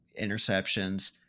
interceptions